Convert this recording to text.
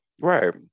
Right